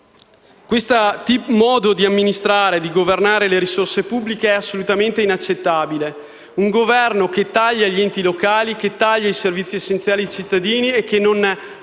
Questo modo di amministrare e di governare le risorse pubbliche è assolutamente inaccettabile. Il Governo opera tagli agli enti locali, e ai servizi essenziali ai cittadini e non